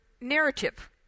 narrative